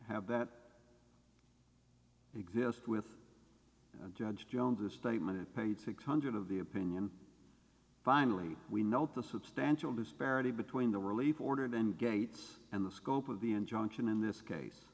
have that exist with judge jones a statement of paid six hundred of the opinion finally we note the substantial disparity between the relief ordered and gates and the scope of the injunction in this case